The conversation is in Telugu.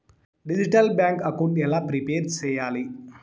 డిజిటల్ బ్యాంకు అకౌంట్ ఎలా ప్రిపేర్ సెయ్యాలి?